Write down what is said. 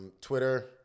Twitter